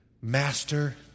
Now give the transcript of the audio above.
Master